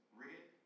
red